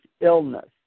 illness